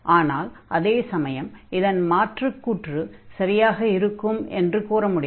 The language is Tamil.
ஆனால் அதே சமயம் இதன் மாற்றுக் கூற்று சரியாக இருக்கும் என்று கூற முடியாது